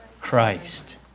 Christ